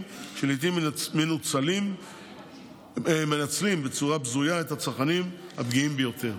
שלעיתים מנצלים בצורה בזויה את הצרכנים הפגיעים ביותר.